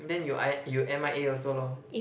then you I you M_I_A also lor